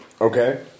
Okay